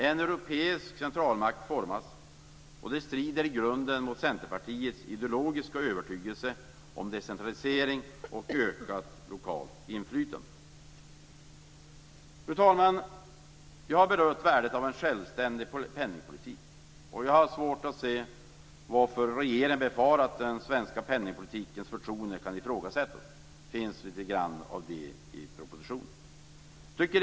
En europeisk centralmakt formas. Detta strider i grunden mot Centerpartiets ideologiska övertygelse om decentralisering och ökat lokalt inflytande. Fru talman! Jag har berört värdet av en självständig penningpolitik, och jag har svårt att se varför regeringen befarar att den svenska penningpolitikens förtroende kan ifrågasättas. Det finns litet grand av det i propositionen.